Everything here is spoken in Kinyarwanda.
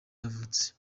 yavutse